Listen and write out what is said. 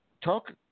Talk